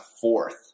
fourth